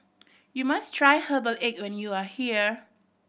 you must try herbal egg when you are here